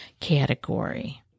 category